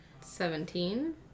seventeen